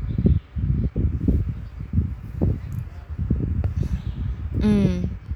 um